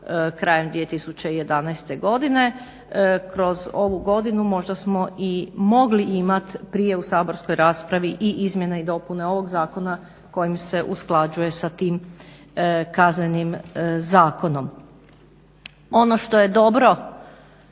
krajem 2011. godine. Kroz ovu godinu možda smo i mogli imat prije u saborskoj raspravi i izmjene i dopune ovog Zakona kojim se usklađuje sa tim Kaznenim zakonom. Ono što je dobro,